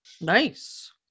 Nice